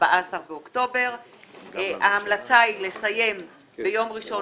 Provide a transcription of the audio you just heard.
14 באוקטובר 2018. ההמלצה היא לסיים ביום ראשון,